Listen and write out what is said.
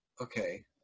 Okay